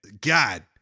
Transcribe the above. god